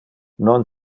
non